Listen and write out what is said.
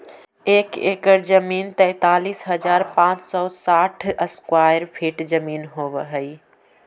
एक एकड़ जमीन तैंतालीस हजार पांच सौ साठ स्क्वायर फीट जमीन होव हई